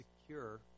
secure